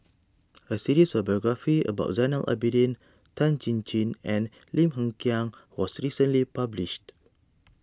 a series of biographies about Zainal Abidin Tan Chin Chin and Lim Hng Kiang was recently published